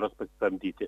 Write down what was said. ras pasisamdyti